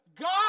God